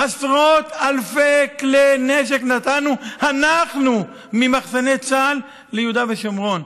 עשרות אלפי כלי נשק נתנו אנחנו ממחסני צה"ל ליהודה ושומרון.